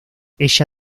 ella